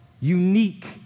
unique